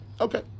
Okay